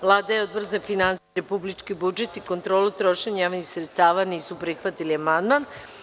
Vlada i Odbor za finansije, republički budžet i kontrolu trošenja javnih sredstava nisu prihvatili amandman.